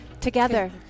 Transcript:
Together